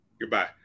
goodbye